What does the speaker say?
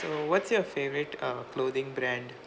so what's your favourite uh clothing brand